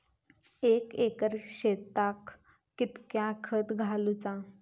एक एकर शेताक कीतक्या खत घालूचा?